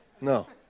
no